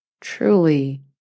truly